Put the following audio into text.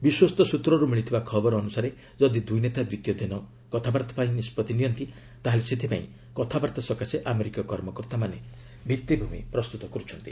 ବିଶ୍ୱସ୍ତ ସୂତ୍ରରୁ ମିଳିଥିବା ଖବର ଅନୁସାରେ ଯଦି ଦୁଇ ନେତା ଦ୍ୱିତୀୟ ଦିନ କଥାବାର୍ତ୍ତାପାଇଁ ନିଷ୍ପଭି ନିଅନ୍ତି ତାହାହେଲେ ସେଥିପାଇଁ କଥାବାର୍ତ୍ତା ସକାଶେ ଆମେରିକୀୟ କର୍ମକର୍ତ୍ତାମାନେ ଭିତ୍ତିଭୂମି ପ୍ରସ୍ତୁତ କର୍ତ୍ଥନ୍ତି